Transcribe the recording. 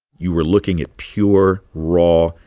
you were looking at pure, raw,